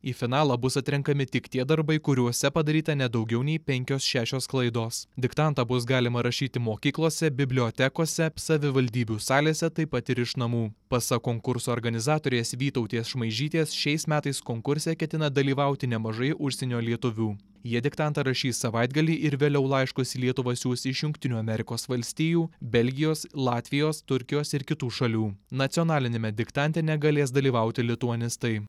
į finalą bus atrenkami tik tie darbai kuriuose padaryta ne daugiau nei penkios šešios klaidos diktantą bus galima rašyti mokyklose bibliotekose savivaldybių salėse taip pat ir iš namų pasak konkurso organizatorės vytautės šmaižytės šiais metais konkurse ketina dalyvauti nemažai užsienio lietuvių jie diktantą rašys savaitgalį ir vėliau laiškus į lietuvą siųs iš jungtinių amerikos valstijų belgijos latvijos turkijos ir kitų šalių nacionaliniame diktante negalės dalyvauti lituanistai